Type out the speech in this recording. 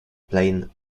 plane